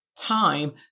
time